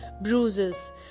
bruises